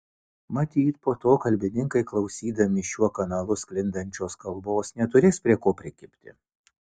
matyt po to kalbininkai klausydami šiuo kanalu sklindančios kalbos neturės prie ko prikibti